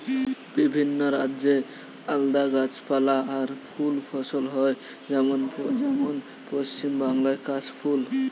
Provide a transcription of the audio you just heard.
বিভিন্ন রাজ্যে আলদা গাছপালা আর ফুল ফসল হয় যেমন যেমন পশ্চিম বাংলায় কাশ ফুল